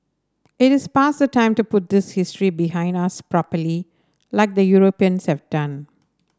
it is past the time to put this history behind us properly like the Europeans have done